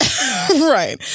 right